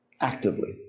Actively